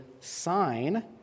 sign